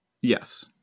Yes